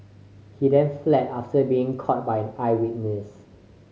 he then fled after being caught by an eyewitness